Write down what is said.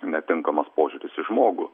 netinkamas požiūris į žmogų